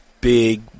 big